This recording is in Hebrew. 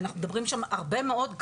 אנחנו מדברים גם הרבה מאוד,